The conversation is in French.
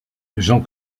jean